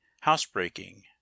housebreaking